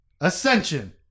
Ascension